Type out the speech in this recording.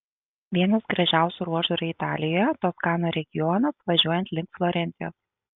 vienas gražiausių ruožų yra italijoje toskanos regionas važiuojant link florencijos